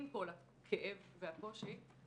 עם כל הכאב והקושי,